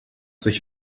sich